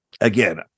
again